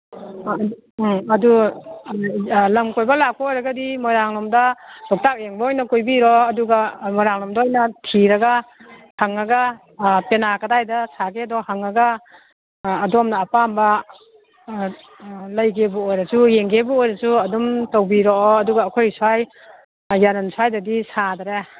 ꯎꯝ ꯑꯗꯨ ꯂꯝ ꯀꯣꯏꯕ ꯂꯥꯛꯄ ꯑꯣꯏꯔꯒꯗꯤ ꯃꯣꯏꯔꯥꯡꯂꯣꯝꯗ ꯂꯣꯛꯇꯥꯛ ꯌꯦꯡꯕ ꯑꯣꯏꯅ ꯀꯣꯏꯕꯤꯔꯣ ꯑꯗꯨꯒ ꯃꯣꯏꯔꯥꯡꯂꯣꯝꯗ ꯊꯤꯔꯒ ꯐꯪꯉꯒ ꯄꯦꯅꯥ ꯀꯗꯥꯏꯗ ꯁꯥꯕꯒꯦꯗꯣ ꯍꯪꯉꯒ ꯑꯗꯣꯝꯅ ꯑꯄꯥꯝꯕ ꯂꯩꯒꯦꯕꯨ ꯑꯣꯏꯔꯁꯨ ꯌꯦꯡꯒꯦꯕꯨ ꯑꯣꯏꯔꯁꯨ ꯑꯗꯨꯝ ꯇꯧꯕꯤꯔꯣꯑꯣ ꯑꯗꯨꯒ ꯑꯩꯈꯣꯏ ꯁ꯭ꯋꯥꯏ ꯌꯥꯔꯟ ꯁ꯭ꯋꯥꯏꯗꯗꯤ ꯁꯥꯗꯔꯦ